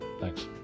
Thanks